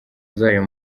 zayo